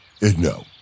No